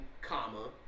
comma